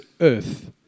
earth